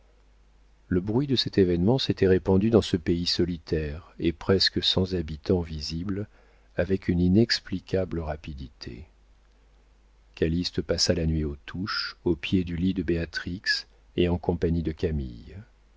le bruit de cet événement s'était répandu dans ce pays solitaire et presque sans habitants visibles avec une inexplicable rapidité calyste passa la nuit aux touches au pied du lit de béatrix et en compagnie de camille